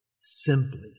Simply